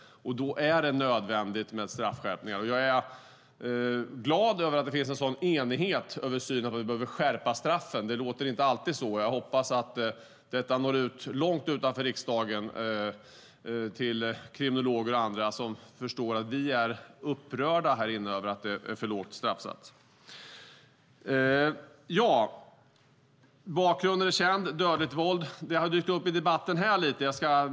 Då är det nödvändigt med straffskärpningar, och jag är glad över att det finns en sådan enighet i synen på att vi behöver skärpa straffen. Det låter inte alltid så. Jag hoppas att detta når ut långt utanför riksdagen till kriminologer och andra som förstår att vi här inne är upprörda över att det är för låg straffsats. Bakgrunden är känd. Dödligt våld har dykt upp i debatten.